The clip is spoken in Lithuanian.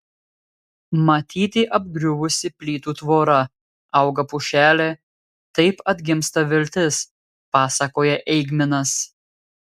matyti apgriuvusi plytų tvora auga pušelė taip atgimsta viltis pasakoja eigminas